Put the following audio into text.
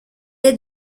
est